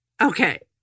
Okay